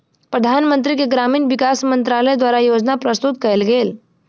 प्रधानमंत्री के ग्रामीण विकास मंत्रालय द्वारा योजना प्रस्तुत कएल गेल